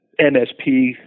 MSP